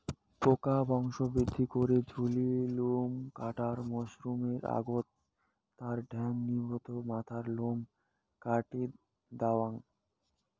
পোকা বংশবৃদ্ধি করে বুলি লোম কাটার মরসুমের আগত তার ঠ্যাঙ, নিতম্ব, মাথার লোম কাটি দ্যাওয়াং